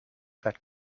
that